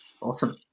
Awesome